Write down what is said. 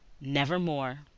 Nevermore